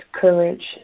courage